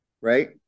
right